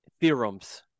theorems